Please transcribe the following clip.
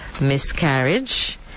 miscarriage